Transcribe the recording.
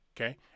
Okay